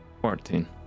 Fourteen